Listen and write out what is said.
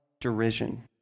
derision